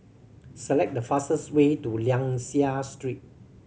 select the fastest way to Liang Seah Street